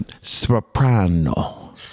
Soprano